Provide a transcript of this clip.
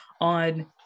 on